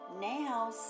Now